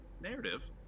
narrative